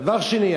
דבר שני,